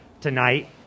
tonight